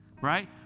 right